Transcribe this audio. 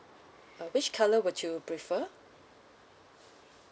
uh which colour would you prefer